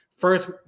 First